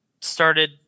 started